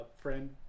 friend